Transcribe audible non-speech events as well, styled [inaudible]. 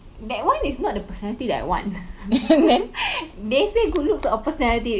that [one] is not the personality that I want [noise] they say good looks or personality